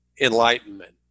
enlightenment